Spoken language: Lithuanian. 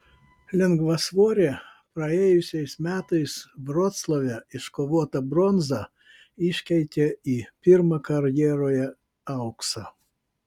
lengvasvorė praėjusiais metais vroclave iškovotą bronzą iškeitė į pirmą karjeroje auksą